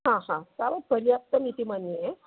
हा हा तावत् पर्याप्तम् इति मन्ये